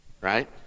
Right